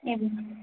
एवं